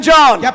John